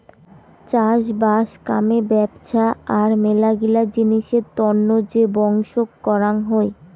চাষবাস কামে ব্যপছা আর মেলাগিলা জিনিসের তন্ন যে বংশক করাং হই